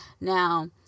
now